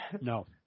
No